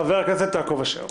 חבר הכנסת יעקב אשר.